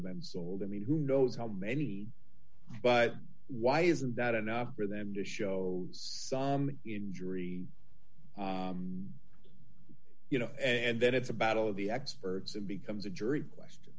have been sold i mean who knows how many but why isn't that enough for them to show some injury you know and then it's a battle of the experts it becomes a jury question